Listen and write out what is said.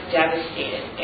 devastated